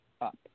up